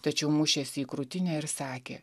tačiau mušėsi į krūtinę ir sakė